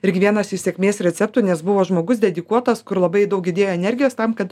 irgi vienas iš sėkmės receptų nes buvo žmogus dedikuotas kur labai daug įdėjo energijos tam kad